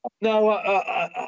no